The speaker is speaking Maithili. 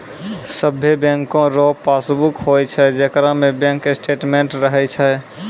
सभे बैंको रो पासबुक होय छै जेकरा में बैंक स्टेटमेंट्स रहै छै